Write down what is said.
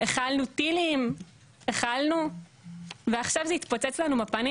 הכלנו טילים ועכשיו זה התפוצץ לנו בפנים